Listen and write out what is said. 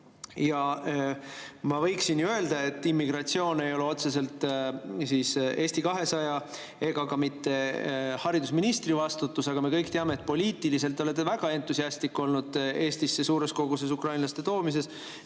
Ma võiksin ju öelda, et immigratsioon ei ole otseselt Eesti 200 ega ka mitte haridusministri vastutus, aga me kõik teame, et poliitiliselt te olete väga entusiastlik olnud Eestisse suures koguses ukrainlaste toomises,